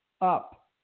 up